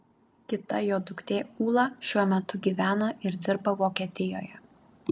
kita jo duktė ūla šiuo metu gyvena ir dirba vokietijoje